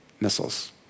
missiles